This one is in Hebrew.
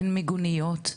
אין מיגוניות,